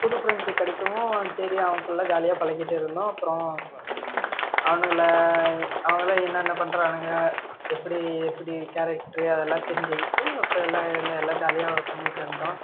புது ஃப்ரெண்ட்ஸு கிடைக்கவும் சரி அவங்க கூடலாம் ஜாலியாக பழகிட்டு இருந்தோம் அப்றம் அவனுங்களை அவங்களாம் என்னென்ன பண்ணுறானுங்க எப்படி எப்படி கேரக்ட்ரு அதெல்லாம் தெரிஞ்சுக்கிட்டு அப்புறம் எல்லாம் என்ன எல்லாம் ஜாலியாக பண்ணிக்கிட்டு இருந்தோம்